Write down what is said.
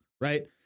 right